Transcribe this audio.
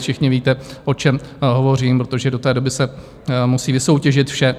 Všichni víte, o čem hovořím, protože do té doby se musí vysoutěžit vše.